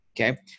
Okay